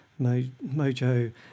Mojo